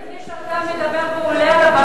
אולי לפני שאתה מדבר ועולה על הבמה,